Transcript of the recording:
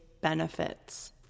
benefits